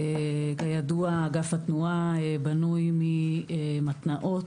כידוע, אגף התנועה בנוי ממתנ"אות,